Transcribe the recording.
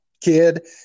kid